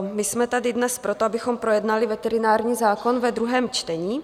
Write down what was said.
My jsme tady dnes proto, abychom projednali veterinární zákon ve druhém čtení.